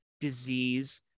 disease